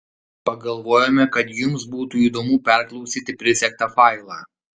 pagalvojome kad jums būtų įdomu perklausyti prisegtą failą